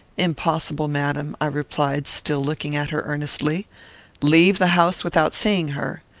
impossible, madam, i replied, still looking at her earnestly leave the house without seeing her!